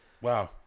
Wow